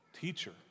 Teacher